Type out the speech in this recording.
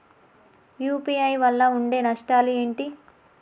UPI వల్ల ఉండే నష్టాలు ఏంటి??